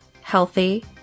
healthy